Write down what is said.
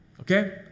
Okay